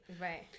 Right